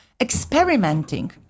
Experimenting